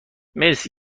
مرسی